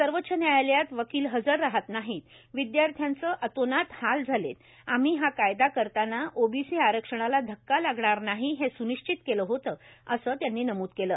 सर्वोच्च न्यायालयात वकील हजर राहत नाहीत विद्यार्थ्यांचं अतोनात हाल झाले आम्ही हा कायदा करताना ओबीसी आरक्षणाला धक्का लागणार नाही हे सुनिश्चित केलं होतं असं त्यांनी नमूद केलं